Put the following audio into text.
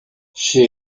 she